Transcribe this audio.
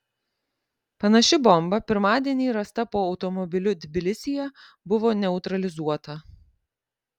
panaši bomba pirmadienį rasta po automobiliu tbilisyje buvo neutralizuota